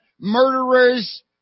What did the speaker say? murderers